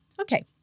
Okay